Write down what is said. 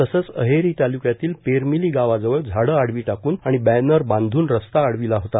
तसेच अहेरी तालुक्यातील पेरमिली गावाजवळ झाडे आडवी टाकून आणि बॅनर बाधून रस्ता अडविला होता